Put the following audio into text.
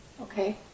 Okay